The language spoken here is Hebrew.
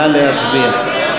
נא להצביע.